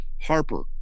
Harper